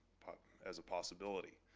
as a possibility.